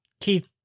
Keith